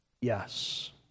yes